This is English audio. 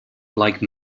like